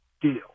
deal